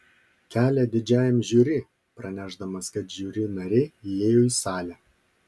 kelią didžiajam žiuri pranešdamas kad žiuri nariai įėjo į salę